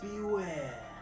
beware